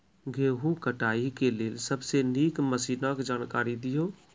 गेहूँ कटाई के लेल सबसे नीक मसीनऽक जानकारी दियो?